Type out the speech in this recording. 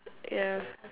yeah